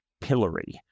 pillory